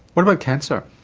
what about cancer?